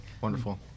Wonderful